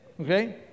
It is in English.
okay